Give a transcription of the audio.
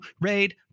raid